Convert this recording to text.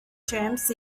champs